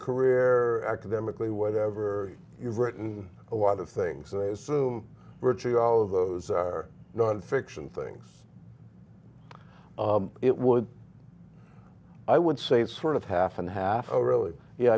career academically whatever you've written a lot of things i assume virtually all of those are nonfiction things it would i would say it's sort of half and half a really y